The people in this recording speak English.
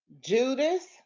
Judas